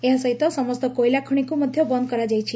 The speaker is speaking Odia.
ଏହା ସହ ସମସ୍ତ କୋଇଲା ଖଶିକୁ ମଧ୍ୟ ବନ୍ଦ କରାଯାଇଛି